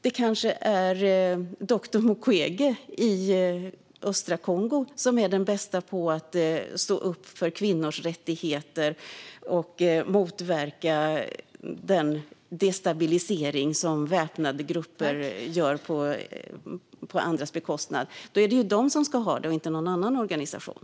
Det kanske är doktor Mukwege i östra Kongo som är bäst på att stå upp för kvinnors rättigheter och motverka den destabilisering som väpnade grupper gör på andras bekostnad. Då är det han som ska ha pengarna och inte en annan organisation.